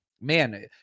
man